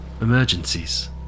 emergencies